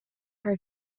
her